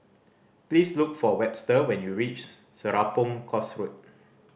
please look for Webster when you reach Serapong Course Road